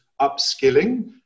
upskilling